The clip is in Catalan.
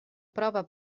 prova